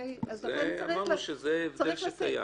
אמרנו שזה הבדל שקיים.